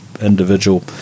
individual